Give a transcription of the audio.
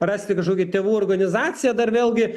rasti kažkokią tėvų organizacija dar vėlgi